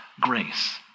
grace